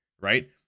right